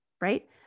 right